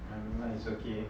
ya no lah it's okay